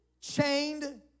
chained